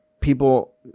people